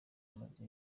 amazu